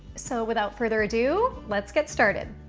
so without further ado, let's get started.